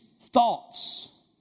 thoughts